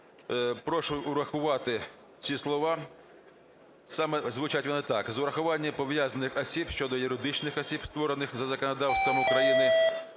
Прошу врахувати ці слова. Саме звучать вони так: "з урахуванням пов'язаних осіб щодо юридичних осіб, створених за законодавством України,